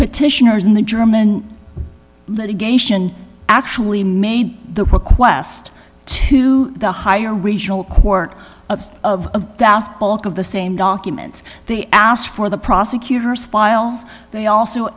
petitioners in the german litigation actually made the request to the higher regional court of of the same documents they asked for the prosecutor's files they also